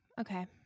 Okay